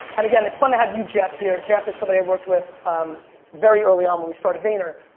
and again, it's fun to have you jeff here. jeff is somebody i worked with very early on when we started vayner.